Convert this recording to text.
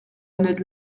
ned